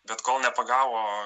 bet kol nepagavo